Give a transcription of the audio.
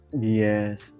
Yes